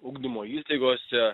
ugdymo įstaigose